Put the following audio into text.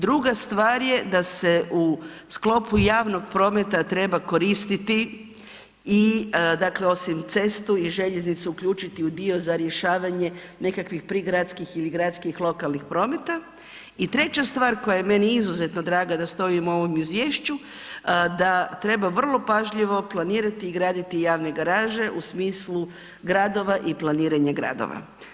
Druga stvar je da se u sklopu javnog prometa treba koristiti i dakle osim cestu i željeznicu uključiti u dio za rješavanje nekakvih prigradskih ili gradskih lokalnih prometa i treća stvar koja je meni izuzetno draga da stoji u ovom izvješću da treba vrlo pažljivo planirati i graditi javne garaže u smislu gradova i planiranja gradova.